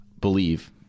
believe